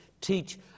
teach